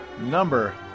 number